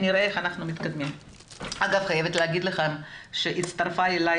אני חייבת לומר לכם שלבקשה לדיון הצטרפה אלי